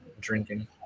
drinking